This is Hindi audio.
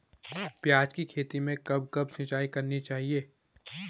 प्याज़ की खेती में कब कब सिंचाई करनी चाहिये?